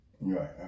Right